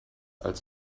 als